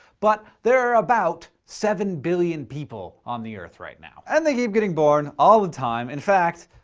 but there are about seven billion people on the earth right now. and they keep getting born, all the time. in fact,